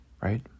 right